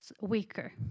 weaker